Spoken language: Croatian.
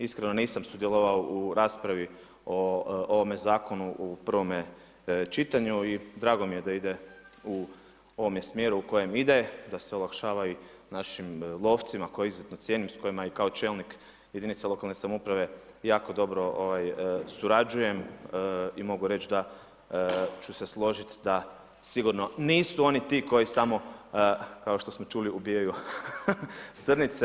Iskreno nisam sudjelovao u raspravi o ovome Zakonu u prvome čitanju i drago mi je da ide u ovome smjeru u kojem ide da se olakšavaju našim lovcima koje izuzetno cijenim, s kojima i kao čelnik jedinice lokalne samouprave jako dobro surađujem i mogu reći da ću se složiti da sigurno nisu oni ti koji samo kao što smo čuli ubijaju srnice.